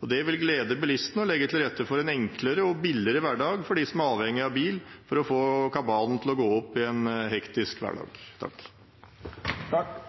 Det vil glede bilistene og legge til rette for en enklere og billigere hverdag for dem som er avhengig av bil for å få kabalen til å gå opp i en hektisk hverdag. Jeg er